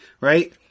right